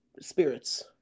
spirits